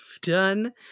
done